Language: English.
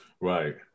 Right